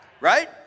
Right